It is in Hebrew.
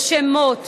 של שמות,